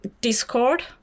Discord